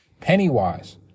Pennywise